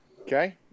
Okay